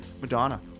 Madonna